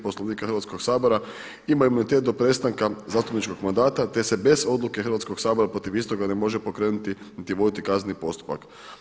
Poslovnika Hrvatskog sabora ima imunitet do prestanka zastupničkog mandata te se bez odluke Hrvatskog sabora protiv istoga ne može pokrenuti niti voditi kazneni postupak.